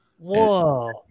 Whoa